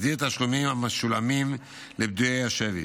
מסדיר תשלומים המשולמים לפדויי השבי.